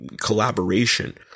collaboration